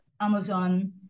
amazon